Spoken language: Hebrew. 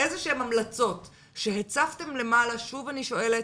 איזה שהן המלצות שהצבתם למעלה, שוב אני שואלת,